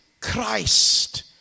Christ